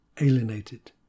alienated